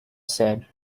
said